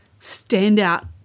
standout